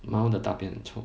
猫的大便很臭